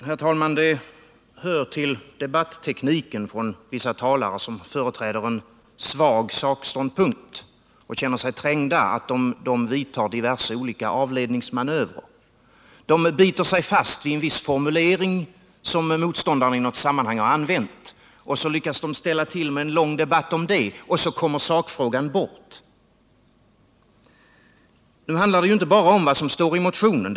Herr talman! Det hör till debattekniken hos vissa talare, som företräder en svag sakståndpunkt och känner sig trängda, att de vidtar diverse avlednings manövrer. De biter sig fast vid en viss formulering som motståndaren i något sammanhang har använt och lyckas ställa till med en lång debatt om den, och så kommer sakfrågan bort. Nu handlar det ju inte bara om vad som står i motionen.